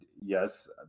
yes